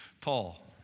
Paul